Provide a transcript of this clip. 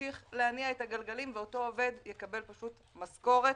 להמשיך להניע את הגלגלים ואותו עובד יקבל פשוט משכורת.